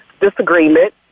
disagreement